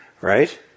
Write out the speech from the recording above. Right